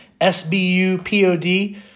SBUPOD